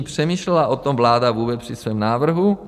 Přemýšlela o tom vláda vůbec při svém návrhu?